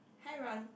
hi Ron